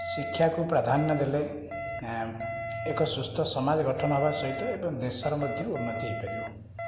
ଶିକ୍ଷାକୁ ପ୍ରାଧାନ୍ୟ ଦେଲେ ଏକ ସୁସ୍ଥ ସମାଜ ଗଠନ ହେବା ସହିତ ଏବଂ ଦେଶର ମଧ୍ୟ ଉନ୍ନତି ହୋଇପାରିବ